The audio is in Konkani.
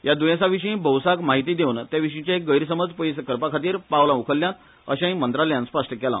या द्येंसाविंशी भौसाक म्हायती दिवन तेविशींचे गैरसमज पयस करपाखातीर पावला उखलल्यात अशेंय मंत्रालयान स्पष्ट केला